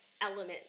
element